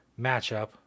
matchup